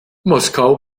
moskau